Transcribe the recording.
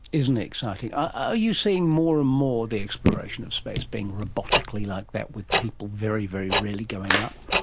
isn't it exciting. are you seeing more and more the exploration of space being robotically like that, with people very, very rarely going up?